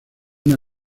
una